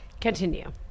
Continue